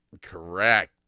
correct